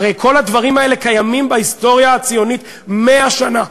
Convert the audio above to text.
הרי כל הדברים האלה קיימים בהיסטוריה הציונית 100 שנה.